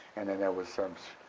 and then there was some,